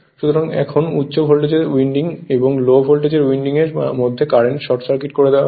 সুতরাং এখন উচ্চ ভোল্টেজের উইন্ডিং এবং লো ভোল্টেজের উইন্ডিং এর মধ্যে কারেন্ট শর্ট সার্কিট করে দেওয়া হয়